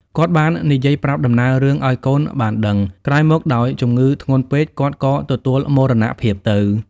គាត់បាននិយាយប្រាប់ដំណើររឿងឱ្យកូនបានដឹង ក្រោយមកដោយជំងឺធ្ងន់ពេក គាត់ក៏ទទួលមរណភាពទៅ។